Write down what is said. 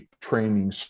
Training